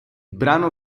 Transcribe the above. brano